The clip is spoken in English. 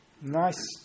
nice